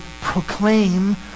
proclaim